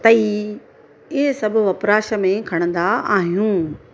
तई इए सब वपराश में खणंदा आहियूं